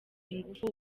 ingufu